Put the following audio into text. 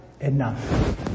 enough